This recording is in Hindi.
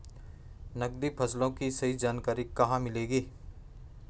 नकदी फसलों की सही जानकारी कहाँ मिलेगी?